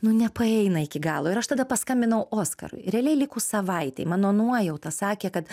nu nepaeina iki galo ir aš tada paskambinau oskarui realiai likus savaitei mano nuojauta sakė kad